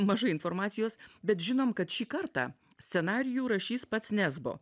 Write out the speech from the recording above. mažai informacijos bet žinom kad šį kartą scenarijų rašys pats nesbo